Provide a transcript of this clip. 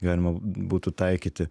galima būtų taikyti